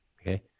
Okay